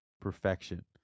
perfection